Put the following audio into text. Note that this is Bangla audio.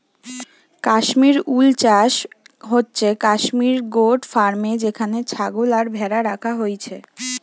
কাশ্মীর উল চাষ হচ্ছে কাশ্মীর গোট ফার্মে যেখানে ছাগল আর ভ্যাড়া রাখা হইছে